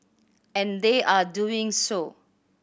and they are doing so